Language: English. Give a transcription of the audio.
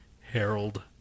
Harold